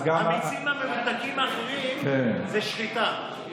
המיצים הממותקים האחרים זה שחיטה.